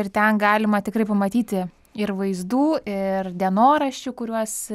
ir ten galima tikrai pamatyti ir vaizdų ir dienoraščių kuriuos